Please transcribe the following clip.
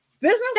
business